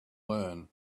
learn